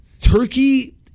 Turkey